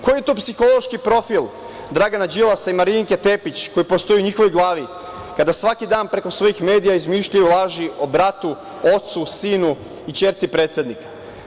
Koji je to psihološki profil Dragana Đilasa i Marinika i Tepić koji postoji u njihovoj glavi, kada svaki dan preko svojih medija izmišljaju laži o bratu, ocu, sinu i ćerci predsednika?